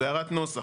זו הערת נוסח.